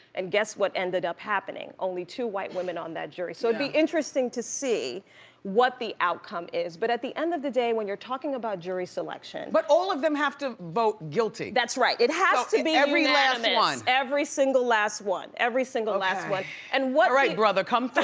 and guess what ended up happening? only two white women on that jury. so be interesting to see what the outcome is. but at the end of the day, when you're talking about jury selection but all of them have to vote guilty. that's right, it has to be unanimous, every last one. every single last one, every single last one. and all right, brother, come